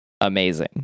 amazing